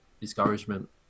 discouragement